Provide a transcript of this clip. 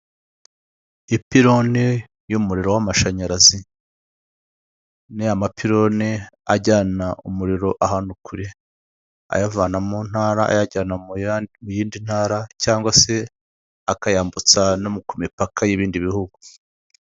Ipironi y'umuriro w'amashanyarazi, ni ya mapironi ajyana umuriro ahantu kure, ayavana mu ntara ayajyana mu yindi ntara cyangwa se akayambutsa no ku mipaka y'ibindi bihugu.